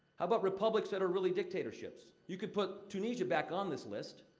how about republics that are really dictatorships? you could put tunisia back on this list.